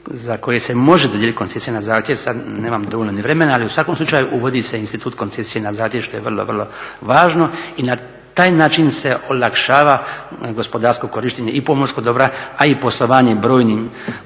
za koje se može dodijeliti koncesija na zahtjev, sada nemam dovoljno vremena, ali u svakom slučaju uvodi se institut koncesije na zahtjev, što je vrlo, vrlo važno. I na taj način se olakšava gospodarsko korištenje i pomorskog dobra, a i poslovanje brojnim